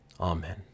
Amen